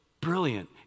brilliant